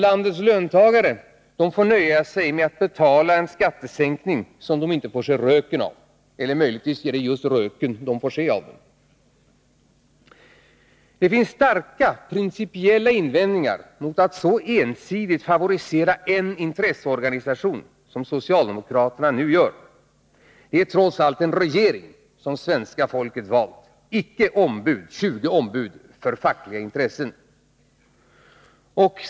Landets löntagare får nöja sig med att betala en skattesänkning som de inte får se röken av, eller möjligtvis är det röken de får se av den. Det finns starka principiella invändningar mot att så ensidigt favorisera en intresseorganisation som socialdemokraterna nu gör. Det är trots allt en regering som svenska folket har valt — inte 20 ombud för fackliga intressen.